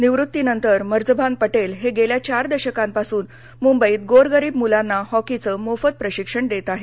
निवृत्तीनंतर मूर्झबान पटेल हे गेल्या चार दशकांपासून मुंबईत गोरगरीब मुलांना हॉकीचं मोफत प्रशिक्षण देत आहेत